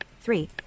three